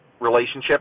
relationship